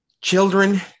children